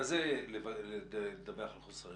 מה זה לדווח על חוסרים?